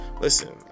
Listen